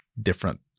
different